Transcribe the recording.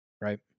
Right